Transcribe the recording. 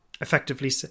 effectively